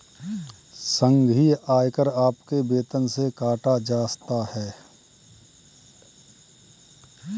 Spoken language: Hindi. संघीय आयकर आपके वेतन से काटा जाता हैं